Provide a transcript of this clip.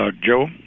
Joe